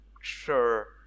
sure